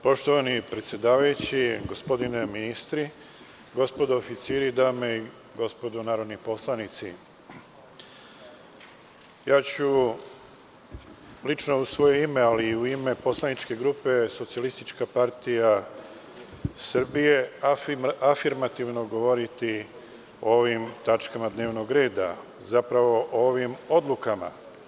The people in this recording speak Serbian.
Poštovani predsedavajući, gospodine ministre, gospodo oficiri, dame i gospodo narodni poslanici, u svoje ime, ali i u ime svoje poslaničke grupe SPS, afirmativno govoriti o ovim tačkama dnevnog reda, zapravo o ovim odlukama.